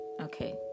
Okay